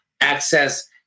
access